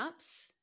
apps